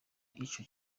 ico